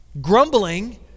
grumbling